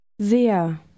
Sehr